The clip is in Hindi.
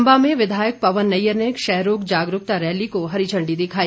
चंबा में विधायक पवन नैययर ने क्षय रोग जागरूकता रैली को हरी झण्डी दिखाई